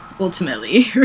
ultimately